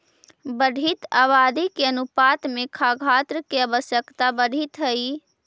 बढ़ीत आबादी के अनुपात में खाद्यान्न के आवश्यकता बढ़ीत हई